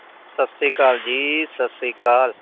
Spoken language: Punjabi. ਸਤਿ ਸ਼੍ਰੀ ਅਕਾਲ ਜੀ ਸਤਿ ਸ਼੍ਰੀ ਅਕਾਲ